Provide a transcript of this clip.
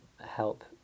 help